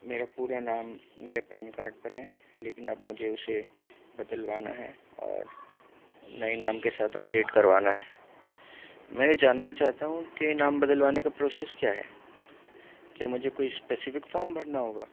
میرا پورا نام میرے پین کارڈ پر ہے لیکن اب مجھے اسے بدلوانا ہے اور نئے نام کے ساتھ اپڈیٹ کروانا ہے میں یہ جاننا چاہتا ہوں کہ نام بدلوانے کا پروسیس کیا ہے کیا مجھے کوئی اسپیسفک فام بھرنا ہوگا